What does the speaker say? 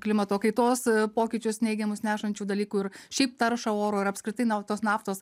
klimato kaitos pokyčius neigiamus nešančių dalykų ir šiaip taršą oro ir apskritai na o tos naftos